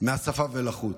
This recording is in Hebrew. מהשפה ולחוץ,